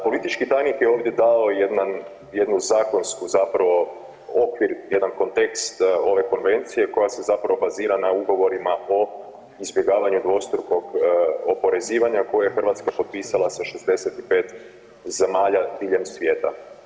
Politički … [[Govornik se ne razumije]] je ovdje dao jedan, jednu zakonsku zapravo okvir, jedan kontekst ove konvencije koja se zapravo bazira na Ugovorima o izbjegavanju dvostrukog oporezivanja koje je Hrvatska potpisala sa 65 zemalja diljem svijeta.